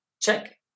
check